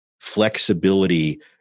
flexibility